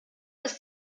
ist